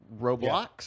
Roblox